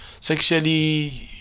sexually